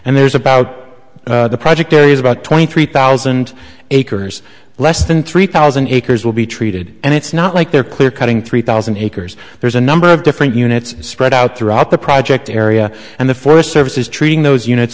and there's about project there is about twenty three thousand acres less than three thousand acres will be treated and it's not like they're clear cutting three thousand acres there's a number of different units spread out throughout the project area and the forest service is treating those units